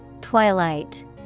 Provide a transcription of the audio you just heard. Twilight